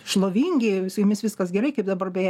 šlovingi su jumis viskas gerai kaip dabar beje